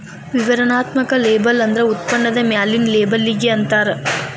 ವಿವರಣಾತ್ಮಕ ಲೇಬಲ್ ಅಂದ್ರ ಉತ್ಪನ್ನದ ಮ್ಯಾಲಿನ್ ಲೇಬಲ್ಲಿಗಿ ಅಂತಾರ